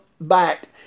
back